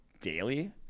daily